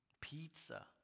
pizza